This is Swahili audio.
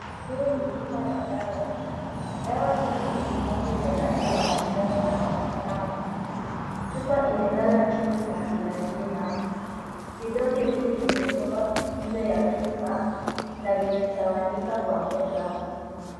Hii ni chupa ya dawa. Dawa hizi ni vidonge vya rangi ya manjano na vinang'aa. Chupa imelala chini na ina jina. Vidonge nyingi vimetoka nje ya chupa na vimetawanyika kwenye meza.